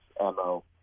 MO